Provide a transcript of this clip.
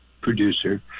producer